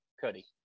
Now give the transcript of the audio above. Cody